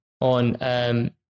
on